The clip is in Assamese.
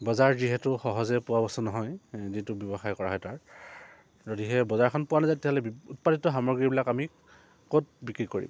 বজাৰ যিহেতু সহজে পোৱা বস্তু নহয় যিটো ব্যৱসায় কৰা হয় তাৰ যদিহে বজাৰখন পোৱা নাযায় তেতিয়াহ'লে উৎপাদিত সামগ্ৰীবিলাক আমি ক'ত বিক্ৰী কৰিম